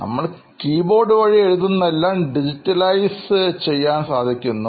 നമ്മൾ കീബോർഡ് വഴി എഴുതുന്നത് എല്ലാം ഡിജിറ്റലൈസ് ചെയ്യാൻ സാധിക്കുന്നു